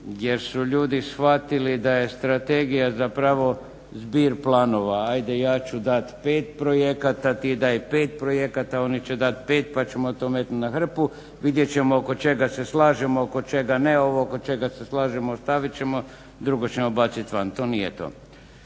jer su ljudi shvatili da je strategija zapravo zbir planova. Ajde ja ću dati pet projekata ti daj pet projekata oni će dati pet pa ćemo to metnuti na hrpu, vidjet ćemo oko čega se slažemo oko čega ne, a ovo oko čega se slažemo ostavit ćemo drugo ćemo baciti van. To nije to,